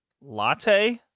Latte